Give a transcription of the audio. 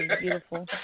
beautiful